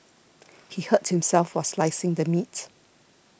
he hurt himself while slicing the meat